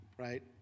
Right